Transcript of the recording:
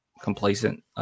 complacent